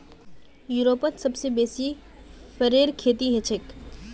यूरोपत सबसे बेसी फरेर खेती हछेक